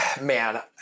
man